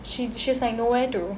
she's she's like nowhere to